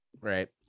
right